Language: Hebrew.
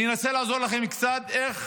אני אנסה לעזור לכם קצת איך